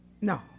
no